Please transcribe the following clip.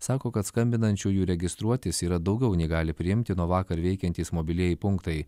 sako kad skambinančiųjų registruotis yra daugiau nei gali priimti nuo vakar veikiantys mobilieji punktai